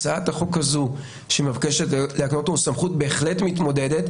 הצעת החוק הזו שמבקשת להקנות לנו סמכות בהחלט מתמודדת